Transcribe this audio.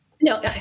No